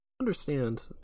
Understand